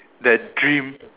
that dream